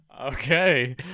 Okay